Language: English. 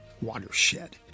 watershed